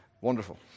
Wonderful